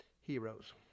Heroes